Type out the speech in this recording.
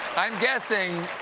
i'm guessing